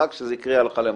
רק שזה יקרה הלכה למעשה.